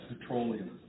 petroleum